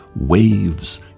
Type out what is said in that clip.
waves